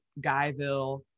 Guyville